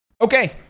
Okay